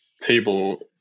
table